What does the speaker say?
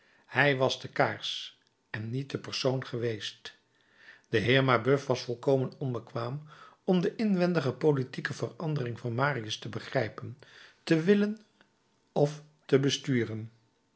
hij was de kaars en niet de persoon geweest de heer mabeuf was volkomen onbekwaam om de inwendige politieke verandering van marius te begrijpen te willen of te besturen